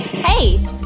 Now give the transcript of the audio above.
Hey